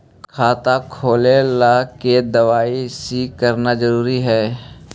खाता खोले ला के दवाई सी करना जरूरी है?